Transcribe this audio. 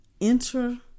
enter